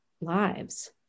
lives